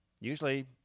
usually